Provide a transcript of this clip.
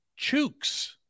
Chooks